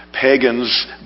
pagans